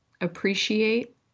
appreciate